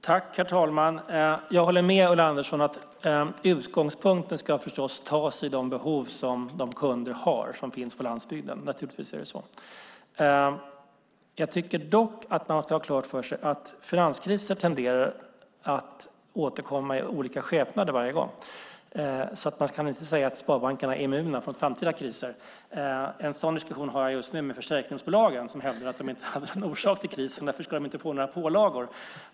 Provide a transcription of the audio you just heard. Herr talman! Jag håller med Ulla Andersson: Utgångspunkten ska tas i de behov som landsbygdens kunder har. Naturligtvis är det så. Dock ska man ha klart för sig att finanskriser tenderar att återkomma i olika skepnad varje gång. Man kan alltså inte säga att sparbankerna är immuna för framtida kriser. En sådan diskussion har jag just nu med försäkringsbolagen, som hävdar att de inte hade någon del i orsaken till krisen och därför inte borde få några pålagor.